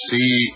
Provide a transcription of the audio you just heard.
See